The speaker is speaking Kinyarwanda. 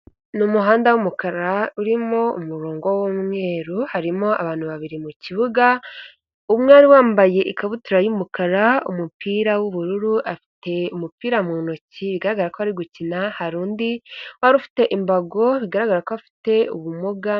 Ni umuhanda w'umukara urimo umurongo w'umweru, harimo abantu babiri mu kibuga, umwe wari wambaye ikabutura y'umukara ,umupira w'ubururu afite umupira mu ntoki bigaragara ko ari gukina, hari undi wari ufite imbago bigaragara ko afite ubumuga.